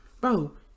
bro